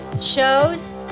shows